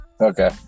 okay